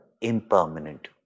impermanent